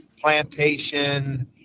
Plantation